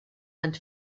and